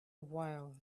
while